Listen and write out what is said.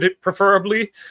preferably